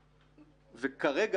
וכרגע,